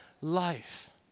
life